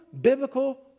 biblical